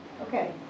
okay